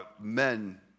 men